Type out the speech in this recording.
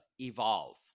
evolve